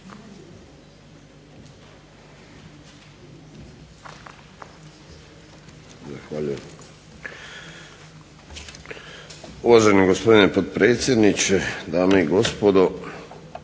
Zahvaljujem. Uvaženi gospodine potpredsjedniče, dame i gospodo.